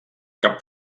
cap